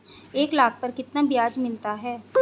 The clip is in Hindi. एक लाख पर कितना ब्याज मिलता है?